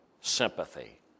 sympathy